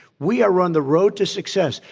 we are on the road to success.